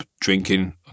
drinking